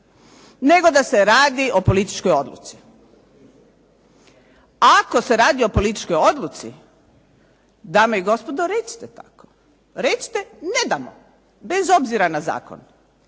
nego da se radi o političkoj odluci. Ako se radi o političkoj odluci, dame i gospodo, recite tako. Recite ne damo bez obzira na zakon.